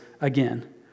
again